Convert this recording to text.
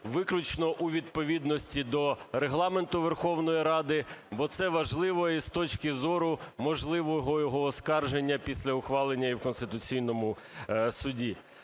виключно у відповідності до Регламенту Верховної Ради, бо це важливо і з точки зору можливого його оскарження після ухвалення і в Конституційному Суді.